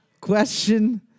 Question